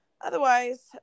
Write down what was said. otherwise